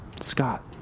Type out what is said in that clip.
Scott